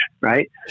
right